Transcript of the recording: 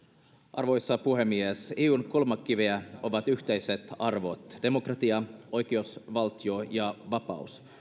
arvoisa puhemies eun kulmakiviä ovat yhteiset arvot demokratia oikeusvaltio ja vapaus